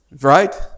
Right